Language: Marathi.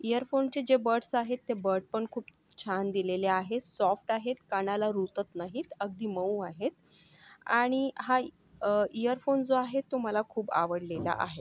इयरफोनचे जे बड्स आहेत ते बडपण खूप छान दिलेले आहे सॉफ्ट आहेत कानाला रुतत नाहीत अगदी मऊ आहेत आणि हा इयरफोन जो आहे तो मला खूप आवडलेला आहे